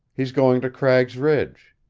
he's going to cragg's ridge.